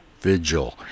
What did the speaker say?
Vigil